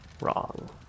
wrong